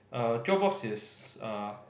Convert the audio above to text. err Dropbox is uh